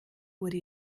wurde